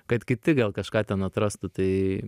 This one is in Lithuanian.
kad kiti gal kažką ten atrastų tai